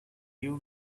you